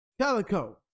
Calico